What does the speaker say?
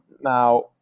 now